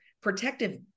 protective